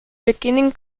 beginning